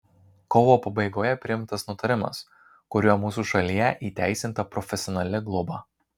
kovo pabaigoje priimtas nutarimas kuriuo mūsų šalyje įteisinta profesionali globa